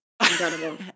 incredible